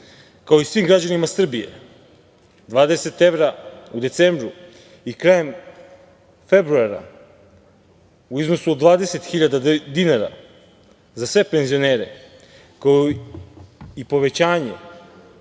kao i svim građanima Srbije, 20 evra u decembru i krajem februara u iznosu od 20 hiljada dinara za sve penzionere, kao i povećanje